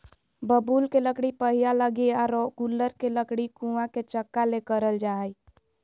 बबूल के लकड़ी पहिया लगी आरो गूलर के लकड़ी कुआ के चकका ले करल जा हइ